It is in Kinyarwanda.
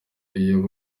iyo